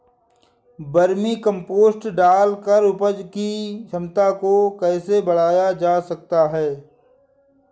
Vermi compost डालकर उपज की क्षमता को कैसे बढ़ाया जा सकता है?